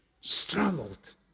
struggled